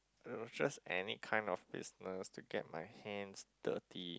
it was just any kind of business to get my hands dirty